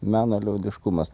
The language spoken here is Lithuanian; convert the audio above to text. meno liaudiškumas